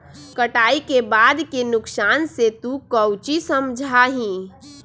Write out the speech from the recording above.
कटाई के बाद के नुकसान से तू काउची समझा ही?